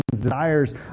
desires